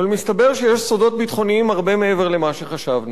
אבל מסתבר שיש סודות ביטחוניים הרבה מעבר למה שחשבנו,